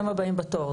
אתם הבאים בתור,